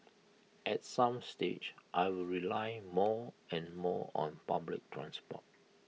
at some stage I will rely more and more on public transport